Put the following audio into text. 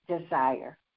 desire